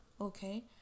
Okay